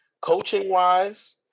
Coaching-wise